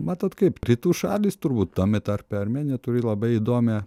matot kaip rytų šalys turbūt tame tarpe armėnija turi labai įdomią